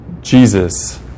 Jesus